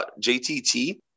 JTT